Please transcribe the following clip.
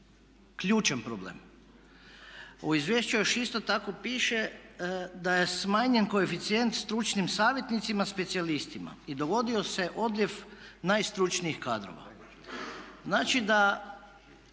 ključan problem. U izvješću još isto tako piše da je smanjen koeficijent stručnim savjetnicima, specijalistima. I dogodio se odljev najstručnijih kadrova. Znači da